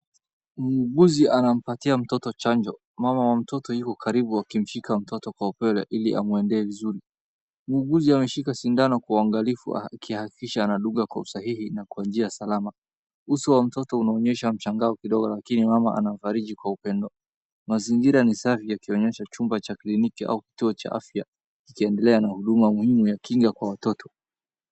Muuguzi anampatia mtoto chanjo. Mama wa mtoto yuko karibu akimshika mtoto kwa upole ili amwendee vizuri. Muuguzi ameshika sindano kuwa uangalifu akihakikisha anadunga kwa usahihi na kwa njia salama. Uso wa mtoto unaonyesha mshangao kidogo lakini mama anamfariji kwa upendo. Mazingira ni safi yakiyonyesha chumba cha kliniki au kituo cha afya kikiendelea na huduma muhimu ya kinga kwa matoto.